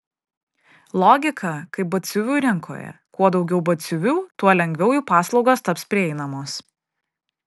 logika kaip batsiuvių rinkoje kuo daugiau batsiuvių tuo lengviau jų paslaugos taps prieinamos